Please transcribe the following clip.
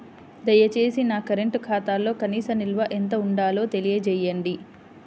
దయచేసి నా కరెంటు ఖాతాలో కనీస నిల్వ ఎంత ఉండాలో తెలియజేయండి